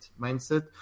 mindset